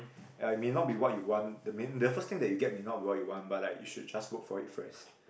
ya it may not be what you want the the first thing that you get may not be what you want but like you should just work for it first